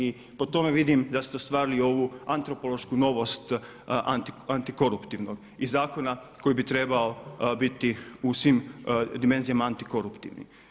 I po tome vidim da ste ostvarili i ovu antropološku novost antikoruptivnog i zakona koji bi trebao biti u svim dimenzijama antikoruptivan.